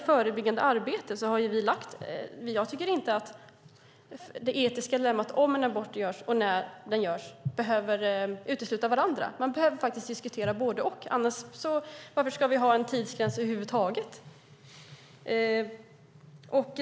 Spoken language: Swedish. Jag tycker inte att diskussionen om huruvida en abort görs och när den görs behöver utesluta varandra. Man behöver faktiskt diskutera både och. Varför ska vi annars ha en tidsgräns över huvud taget?